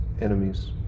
enemies